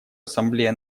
ассамблея